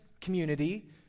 community